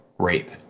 Rape